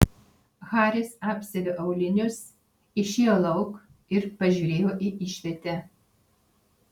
haris apsiavė aulinius išėjo lauk ir pažiūrėjo į išvietę